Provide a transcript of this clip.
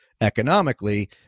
economically